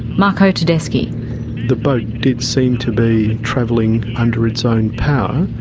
marco tedeschi the boat did seem to be travelling under its own power,